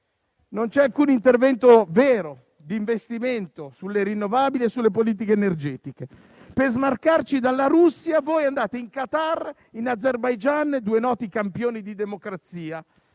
Non c'è alcun intervento vero di investimento sulle rinnovabili e sulle politiche energetiche. Per smarcarci dalla Russia, voi andate in Qatar e in Azerbaijan, due noti campioni di democrazia: